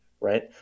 right